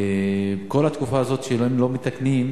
בכל התקופה הזאת שהם לא מתקנים,